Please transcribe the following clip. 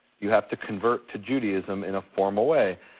you have to convert to judaism in a formal way.